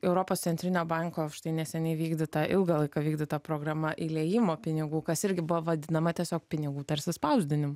europos centrinio banko štai neseniai įvykdyta ilgą laiką vykdyta programa įliejimo pinigų kas irgi buvo vadinama tiesiog pinigų tarsi spausdinimu